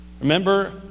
Remember